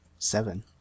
Seven